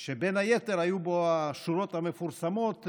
שבין היתר היו בו השורות המפורסמות: